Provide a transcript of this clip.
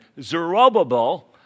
Zerubbabel